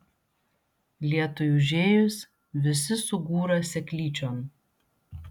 lietui užėjus visi sugūra seklyčion